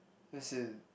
as in